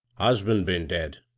husband been dead,